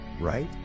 right